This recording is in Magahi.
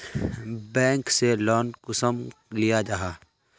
बैंक से लोन कुंसम लिया जाहा?